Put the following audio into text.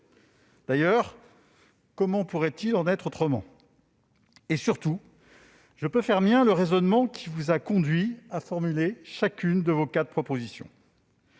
: comment pourrait-il en être autrement ? Surtout, je peux faire mien le raisonnement qui les a conduits à formuler chacune de leurs quatre propositions.